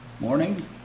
morning